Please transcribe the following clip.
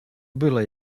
byle